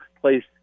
place